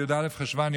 בי"א בחשוון,